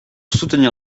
soutenir